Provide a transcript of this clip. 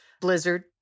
blizzard